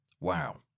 Wow